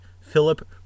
Philip